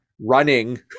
running